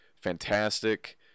fantastic